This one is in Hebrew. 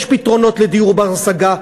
יש פתרונות לדיור בר-השגה,